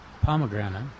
pomegranate